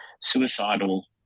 suicidal